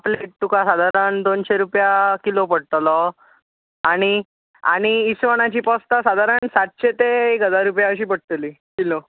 पापलेट तुका सादारण दोनशीं रुपया किलो पडटलो आनी आनी इसवणाची पोस्तां सादारण सातशीं ते एक हजार रुपया अशी पडटली किलो